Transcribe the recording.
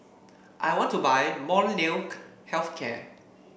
I want to buy Molnylcke Health Care